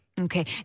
Okay